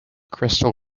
crystal